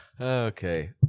Okay